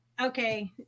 Okay